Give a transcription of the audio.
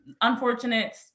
unfortunate